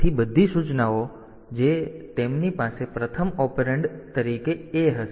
તેથી બધી સૂચનાઓ જેથી તેમની પાસે પ્રથમ ઓપરેન્ડ તરીકે A હશે